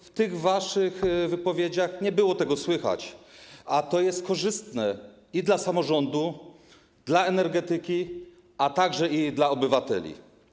W waszych wypowiedziach nie było tego słychać, ale to jest korzystne i dla samorządu, i dla energetyki, i dla obywateli.